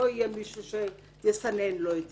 לא יהיה מישהו שיסנן לו את זה.